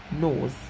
knows